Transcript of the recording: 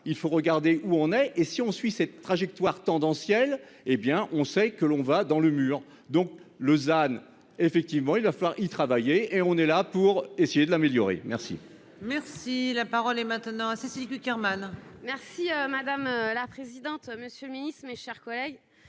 il faut regarder où on est et si on suit cette trajectoire tendancielle, hé bien on sait que l'on va dans le mur donc Lausanne effectivement il va falloir y travailler et on est là pour essayer de l'améliorer. Merci. Merci la parole est maintenant à Cécile Cukierman. Merci madame la présidente. Monsieur le Ministre, mes chers collègues,